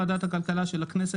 ובאישור ועדת הכלכלה של הכנסת,